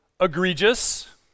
egregious